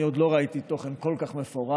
אני עוד לא ראיתי תוכן כל כך מפורט.